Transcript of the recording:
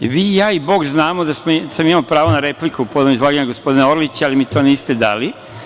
Vi, ja i Bog znamo da sam imao pravo na repliku povodom izlaganja gospodina Orlića, ali mi to niste dali.